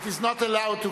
It is not allowed to